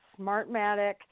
Smartmatic